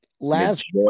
last